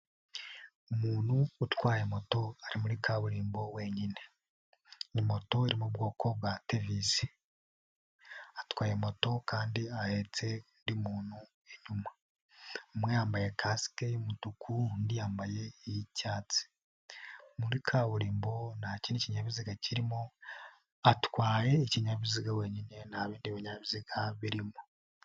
Umuntu utwaye moto ari muri kaburimbo wenyine. Ni moto mu bwoko bwa Tevis atwaye moto kandi ahetse ri muntu inyuma umwe yambaye kasike y'umutuku undi yambaye iy'icyatsi. Muri kaburimbo nta kindi kinyabiziga kirimo, atwaye ikinyabiziga wenyine ntabindi binyabiziga birimo.